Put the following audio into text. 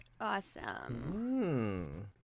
Awesome